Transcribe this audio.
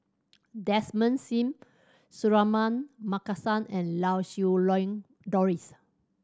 Desmond Sim Suratman Markasan and Lau Siew Lang Doris